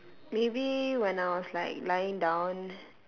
maybe when I was like lying down